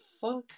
fuck